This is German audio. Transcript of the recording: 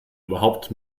überhaupt